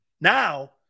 Now